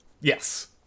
yes